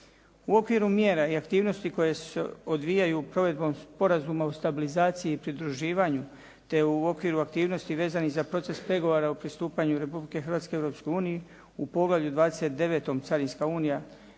U okviru mjera i aktivnosti koje se odvijaju provedbom Sporazuma o stabilizaciji i pridruživanju te u okviru aktivnosti vezanih za proces pregovora o pristupanju Republike Hrvatske Europskoj uniji u poglavlju 29 – Carinska unija,